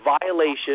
violation